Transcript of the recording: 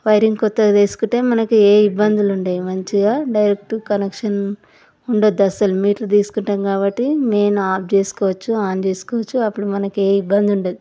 wiring కొత్తది వేసుకుంటే మనకు ఏ ఇబ్బందు ఉండవు మంచిగా డైరెక్ట్ కనెక్షన్ ఉండద్దు అసలు మీటరు తీసుకుంటాం కాబట్టి మెయిన్ ఆఫ్ చేసుకోవచ్చు ఆన్ చేసుకోవచ్చు అప్పుడు మనకే ఇబ్బందుండదు